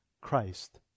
Christ